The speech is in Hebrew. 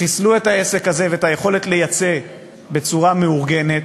חיסלו את העסק הזה ואת היכולת לייצא בצורה מאורגנת,